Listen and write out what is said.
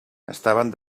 estaven